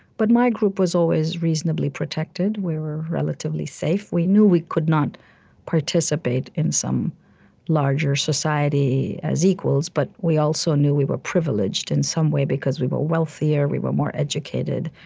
but my group was always reasonably protected. we were relatively safe. we knew we could not participate in some larger society as equals, but we also knew we were privileged in some way because we were wealthier, we were more educated,